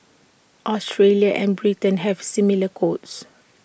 Australia and Britain have similar codes